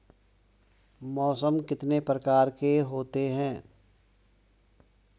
मौसम कितने प्रकार के होते हैं?